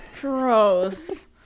gross